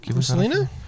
Selena